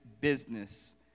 business